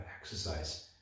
exercise